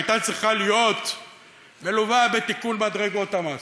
שהייתה צריכה להיות מלווה בתיקון בדרגות המס,